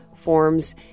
forms